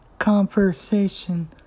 conversation